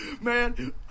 Man